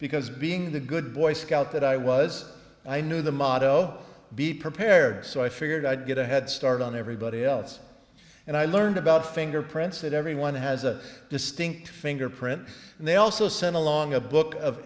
because being the good boy scout that i was i knew the motto be prepared so i figured i'd get a head start on everybody else and i learned about fingerprints that everyone has a distinct fingerprint and they also sent along a book of